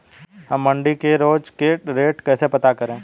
हम मंडी के रोज के रेट कैसे पता करें?